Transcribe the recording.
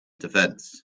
defence